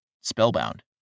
spellbound